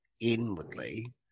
inwardly